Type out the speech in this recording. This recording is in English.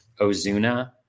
Ozuna